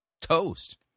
Toast